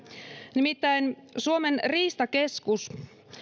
nimittäin suomen riistakeskus